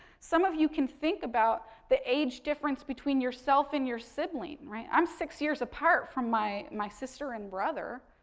some of you can think about the age difference between yourself and your sibling, right. i'm six years apart from my my sister and brother,